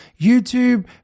YouTube